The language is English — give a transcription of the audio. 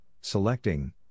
selecting